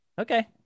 Okay